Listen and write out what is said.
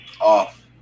Off